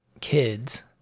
kids